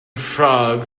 frog